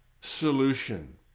solution